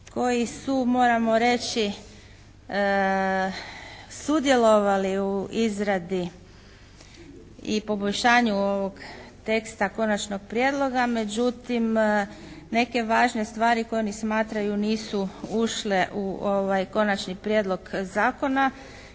koji su, moramo reći, sudjelovali u izradi i poboljšanju ovog teksta Konačnog prijedloga, međutim neke važne stvari koje oni smatraju nisu ušle u ovaj Konačni prijedlog Zakona.